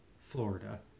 Florida